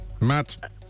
Matt